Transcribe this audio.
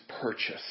purchase